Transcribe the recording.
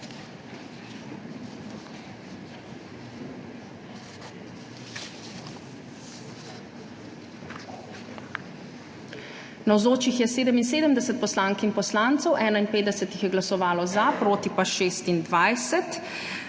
Navzočih je 79 poslank in poslancev, 54 jih je glasovalo za, 25 pa